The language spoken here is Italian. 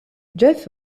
jeff